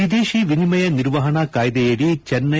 ವಿದೇಶಿ ವಿನಿಮಯ ನಿರ್ವಹಣಾ ಕಾಯ್ದೆಯಡಿ ಚೆನ್ನೈ